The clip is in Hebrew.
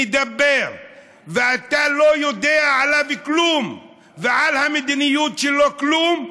מדבר ואתה לא יודע עליו כלום ועל המדיניות שלו כלום,